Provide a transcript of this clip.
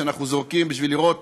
שאנחנו זורקים בשביל לראות